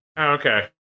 Okay